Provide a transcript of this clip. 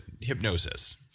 hypnosis